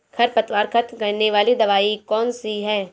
खरपतवार खत्म करने वाली दवाई कौन सी है?